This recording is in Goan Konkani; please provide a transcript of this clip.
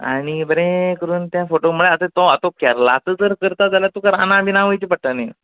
आनी बरें करून ते फोटो मागीर आतां तो केरलाचो जर करता जाल्यार तुका रानां बिनां वयचें पडटलें